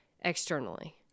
externally